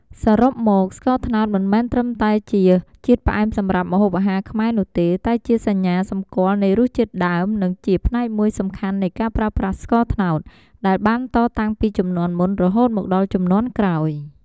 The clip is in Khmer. សរុបមក ស្ករត្នោតមិនមែនត្រឹមតែជាជាតិផ្អែមសម្រាប់ម្ហូបអាហារខ្មែរនោះទេ តែជាសញ្ញាសម្គាល់នៃរសជាតិដើម និងជាផ្នែកមួយសំខាន់នៃការប្រើប្រាស់ស្ករត្នោត ដែលបានតតាំងពីជំនាន់មុនរហូតមកដល់ជំនាន់ក្រោយ។